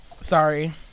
Sorry